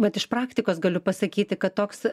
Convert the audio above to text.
vat iš praktikos galiu pasakyti kad toks